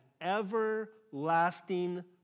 everlasting